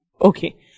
Okay